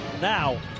now